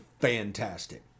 fantastic